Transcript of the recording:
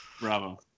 Bravo